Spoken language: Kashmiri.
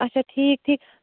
اچھا ٹھیٖک ٹھیٖک